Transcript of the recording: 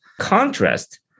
Contrast